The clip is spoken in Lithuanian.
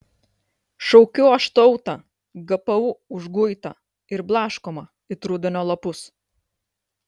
šaukiu aš tautą gpu užguitą ir blaškomą it rudenio lapus